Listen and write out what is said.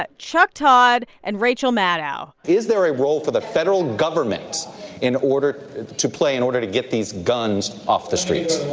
but chuck todd and rachel maddow is there a role for the federal government in order to play in order to get these guns off the streets?